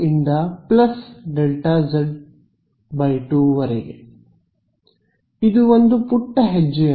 ಇದು ಪರಿಹಾರದ ಪ್ರಾರಂಭದ ಹೆಜ್ಜೆ